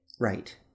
Right